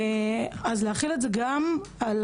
אז להחיל את זה גם על